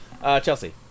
Chelsea